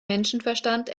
menschenverstand